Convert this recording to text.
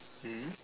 mm